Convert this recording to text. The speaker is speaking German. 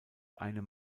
einem